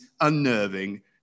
unnerving